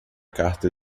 carta